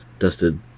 Dusted